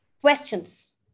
questions